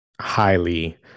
highly